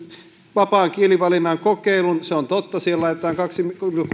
vapaan kielivalinnan kokeilun se on totta siihen laitetaan kaksi pilkku